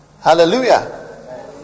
Hallelujah